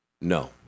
No